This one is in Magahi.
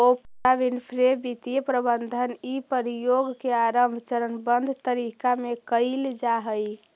ओफ्रा विनफ्रे वित्तीय प्रबंधन के इ प्रयोग के आरंभ चरणबद्ध तरीका में कैइल जा हई